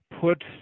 put